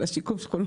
של השיקום שכונות.